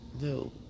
No